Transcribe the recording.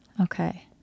okay